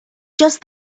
just